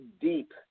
deep